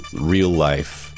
real-life